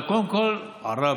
אבל קודם כול, עראבה.